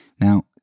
Now